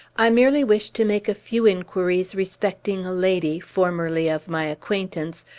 i merely wish to make a few inquiries respecting a lady, formerly of my acquaintance,